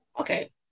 okay